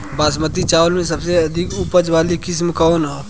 बासमती चावल में सबसे अधिक उपज वाली किस्म कौन है?